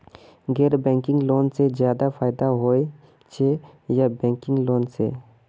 गैर banking loan से ज्यादा फायदा होचे या बैंकिंग लोन से?